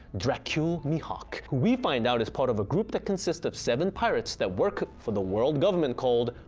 dracule mihawk. who we find out is part of a group that consists of seven pirates that work for the world government called.